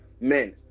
Men